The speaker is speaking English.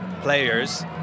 players